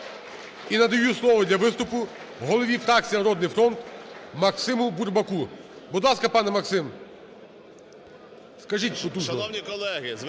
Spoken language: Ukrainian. І надаю слово для виступу голові фракції "Народний фронт" Максиму Бурбаку. Будь ласка, пане Максим. Скажіть, що…